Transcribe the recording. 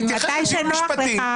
אני מתייחס לטיעון משפטי,